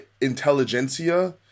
intelligentsia